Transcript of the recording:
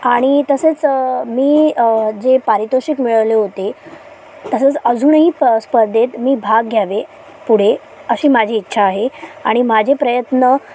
आणि तसेच मी जे पारितोषिक मिळवले होते तसंच अजूनही प स्पर्धेत मी भाग घ्यावे पुढे अशी माझी इच्छा आहे आणि माझे प्रयत्न